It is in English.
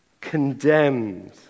condemned